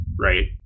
right